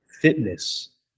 fitness